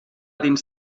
dins